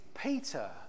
Peter